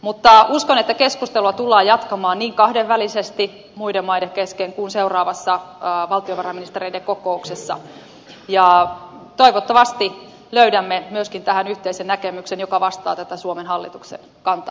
mutta uskon että keskustelua tullaan jatkamaan niin kahdenvälisesti muiden maiden kesken kuin seuraavassa valtiovarainministereiden kokouksessa ja toivottavasti löydämme myöskin tähän yhteisen näkemyksen joka vastaa tätä suomen hallituksen kantaa